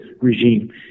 regime